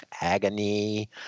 agony